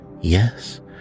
Yes